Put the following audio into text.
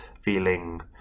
feeling